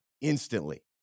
instantly